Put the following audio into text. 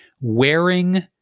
wearing